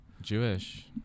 jewish